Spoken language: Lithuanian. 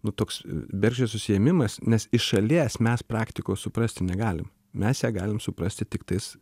nu toks bergždžias užsiėmimas nes iš šalies mes praktikos suprasti negalim mes ją galim suprasti tiktais